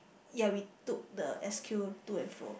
ya we took the S_Q to and fro